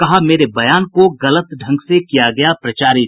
कहा मेरे बयान को गलत ढंग से किया गया प्रचाारित